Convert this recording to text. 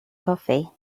coffee